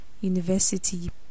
university